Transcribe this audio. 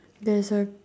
there's a